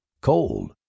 Cold